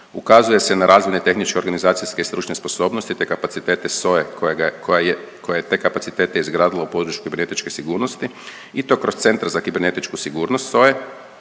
Ukazuje se na razvojne, tehničke, organizacijske i stručne sposobnosti, te kapacitete SOA-e koja ga je, koja je, koja je te kapacitete izgradila u području kibernetičke sigurnosti i to kroz Centre za kibernetičku sigurnost SOA-e